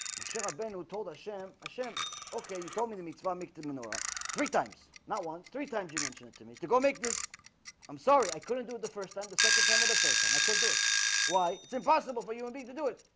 well shut up ben who told us sham hashem, okay? you told me to meet ceramic the menorah three times not once three times you mention it to me to go make this i'm sorry. i couldn't do it the first time the second time with a third time. i can't do it why it's impossible for you and me to do it